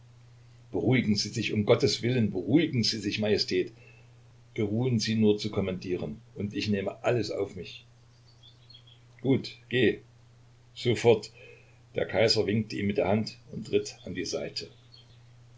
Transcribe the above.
beruhigen sie sich um gotteswillen beruhigen sie sich majestät geruhen sie nur zu kommandieren und ich nehme alles auf mich gut geh sofort der kaiser winkte ihm mit der hand und ritt auf die seite